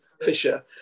Fisher